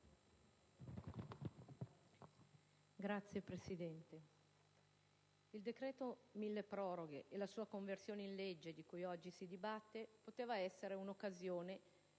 Signor Presidente, il decreto milleproroghe e la sua conversione in legge di cui oggi si dibatte poteva essere un'occasione